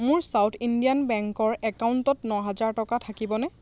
মোৰ south Indian বেংকৰ একাউণ্টত ন হাজাৰ টকা থাকিবনে